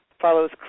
follows